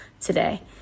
today